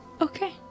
Okay